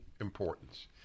importance